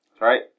Right